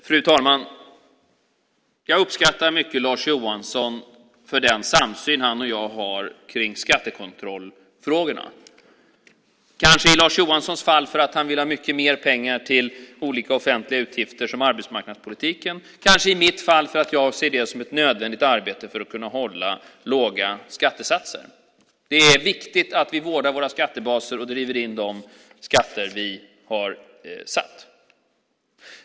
Fru talman! Jag uppskattar Lars Johansson mycket för den samsyn han och jag har kring skattekontrollfrågorna. Kanske är det i Lars Johanssons fall för att han vill ha mycket mer pengar till olika offentliga utgifter som till exempel arbetsmarknadspolitiken, och kanske är det i mitt fall för att jag ser det som ett nödvändigt arbete för att kunna hålla låga skattesatser. Det är viktigt att vi vårdar våra skattebaser och driver in de skatter vi har satt.